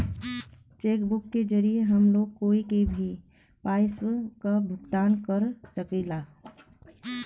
check book के जरिये हम लोग कोई के भी पइसा क भुगतान कर सकीला